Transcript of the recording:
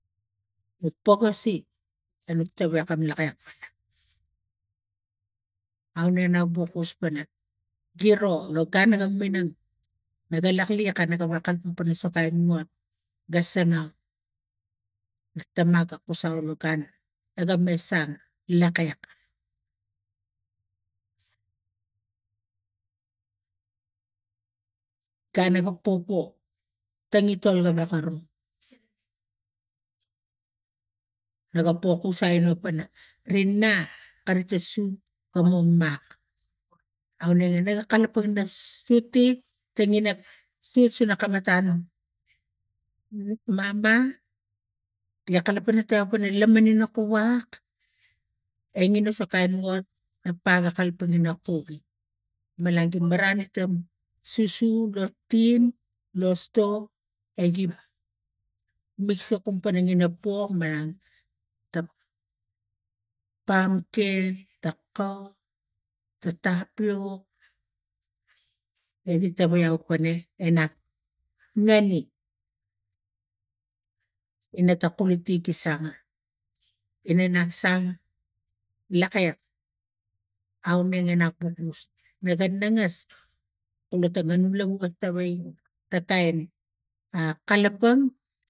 Nok pokasi anok tewekam iaiak pana aure ga nukuspan giro lo gun no ga minang noga lakiat kare naga kalapang pana kain saan moat ga sargau no tama ga kusaulu gun aga mesang lakiak gura naga popo tangitoi ga wok aro nega pokusai pana ri not kari ta su gam mak auwege mama tiga kalapang a kuwa engenes a kain muat a pa ga kalapang ina kuk malaki mara litam susu lo tin lo sto egi misa kum pani pok marang ta pamken ta kau ta topiok ege tagi aut pana inak ngani ina ta kuliti gi san ina maksam lakiak auneng napukus ega nangas ina taganu lau ga tawai ta kain a kalapang.